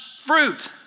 fruit